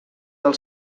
del